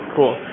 Cool